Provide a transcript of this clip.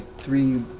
three